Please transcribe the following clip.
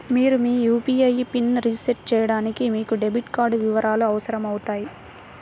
మీరు మీ యూ.పీ.ఐ పిన్ని రీసెట్ చేయడానికి మీకు డెబిట్ కార్డ్ వివరాలు అవసరమవుతాయి